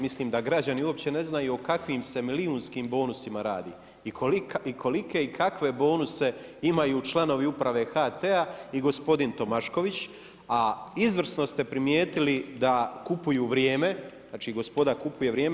Mislim da građani uopće ne znaju o kakvim se milijunskim bonusima radi i kolike i kakve bonuse imaju članovi uprave HT-a i gospodin Tomašković, a izvrsno ste primjetili da kupuju vrijeme, znači gospoda kupuje vrijeme.